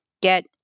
get